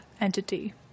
entity